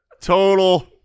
total